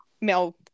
male